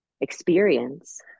experience